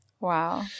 Wow